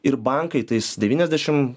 ir bankai tais devyniasdešim